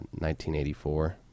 1984